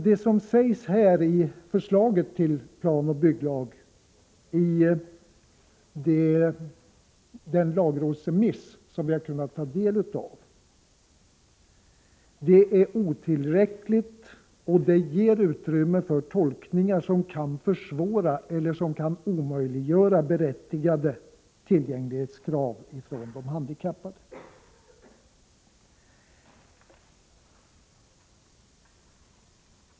Det som på denna punkt — enligt den lagrådsremiss som vi har kunnat ta del av — sägs i förslaget till planoch bygglag är otillräckligt och ger utrymme för tolkningar som kan försvåra eller omöjliggöra tillgodoseendet av berättigade tillgänglighetskrav från de handikappade.